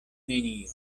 nenio